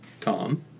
Tom